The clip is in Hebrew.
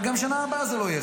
וגם בשנה הבאה זה לא יהיה,